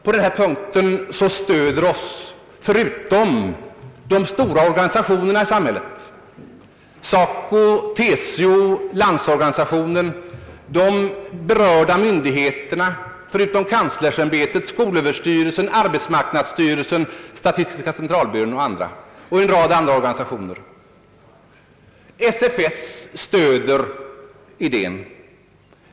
På denna punkt stöder oss de stora organisationerna i samhället, SACO, TCO och Landsorganisationen, de berörda myndigheterna — förutom kanslersämbetet skolöverstyrelsen, arbetsmarknadsstyrelsen, statistiska centralbyrån — och en rad andra organisationer. SFS stöder idén.